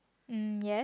um yes